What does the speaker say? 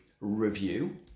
review